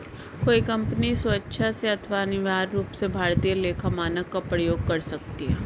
कोई कंपनी स्वेक्षा से अथवा अनिवार्य रूप से भारतीय लेखा मानक का प्रयोग कर सकती है